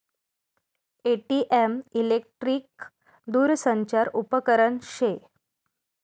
ATM electric दूरसंचार उपकरन शे